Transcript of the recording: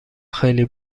خیلی